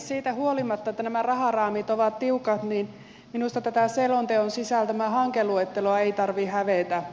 siitä huolimatta että nämä raharaamit ovat tiukat minusta tätä selonteon sisältämää hankeluetteloa ei tarvitse hävetä